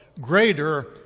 greater